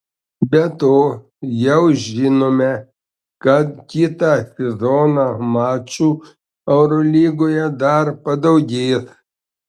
be to jau žinome kad kitą sezoną mačų eurolygoje dar padaugės